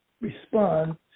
respond